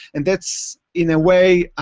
and that's, in a way,